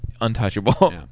Untouchable